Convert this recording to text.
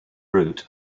route